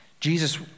Jesus